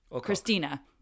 christina